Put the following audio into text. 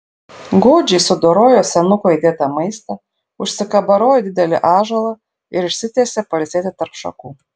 godžiai sudorojo senuko įdėtą maistą užsikabarojo į didelį ąžuolą ir išsitiesė pailsėti tarp šakų